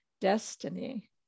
destiny